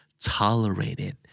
tolerated